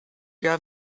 grab